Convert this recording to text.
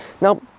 Now